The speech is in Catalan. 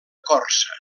corsa